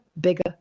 bigger